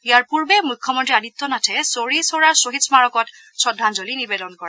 ইয়াৰ পূৰ্বে মুখ্যমন্ত্ৰী আদিত্যনাথে চৌৰি চৌৰাৰ শ্বহীদ স্মাৰকত শ্ৰদ্ধাঞ্জলি নিবেদন কৰে